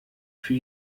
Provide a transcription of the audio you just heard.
für